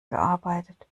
gearbeitet